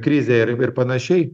krizė ir ir panašiai